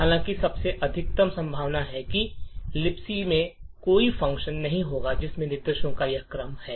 हालांकि सबसे अधिक संभावना है कि लिबक में कोई फ़ंक्शन नहीं होगा जिसमें निर्देशों का यह क्रम है